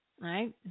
right